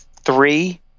three